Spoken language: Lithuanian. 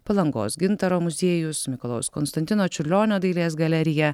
palangos gintaro muziejus mikalojaus konstantino čiurlionio dailės galerija